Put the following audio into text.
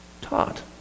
taught